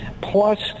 plus